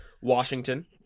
Washington